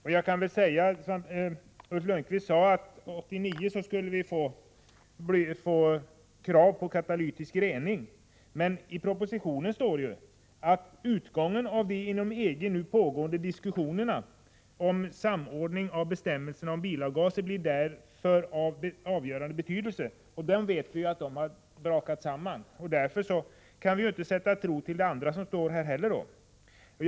Ulf Lönnqvist sade att vi år 1989 skulle få krav på katalytisk rening. Men i propositionen sägs att utgången av de inom EG nu pågående diskussionerna om samordning av bestämmelserna om bilavgaser blir av avgörande betydelse. — Vi vet nu att dessa diskussioner har brakat samman, och därför kan vi inte sätta tro till det övriga som sägs i propositionen heller.